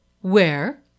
Where